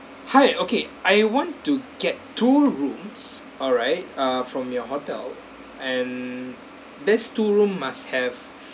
hi okay I want to get two rooms alright uh from your hotel and these two room must have